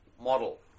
model